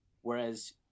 whereas